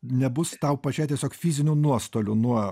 nebus tau pačiai tiesiog fizinių nuostolių nuo